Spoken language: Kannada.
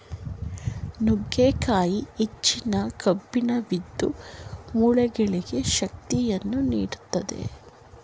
ನುಗ್ಗೆಕಾಯಿ ಹೆಚ್ಚಿನ ಕಬ್ಬಿಣವಿದ್ದು, ಮೂಳೆಗಳಿಗೆ ಶಕ್ತಿಯನ್ನು ನೀಡುತ್ತದೆ